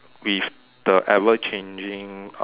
with the ever changing uh